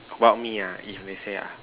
about me ah if they say ah